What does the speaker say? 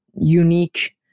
unique